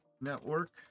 network